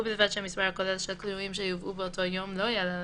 ובלבד שהמספר הכולל של כלואים שיובאו באותו יום לא יעלה על